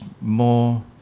more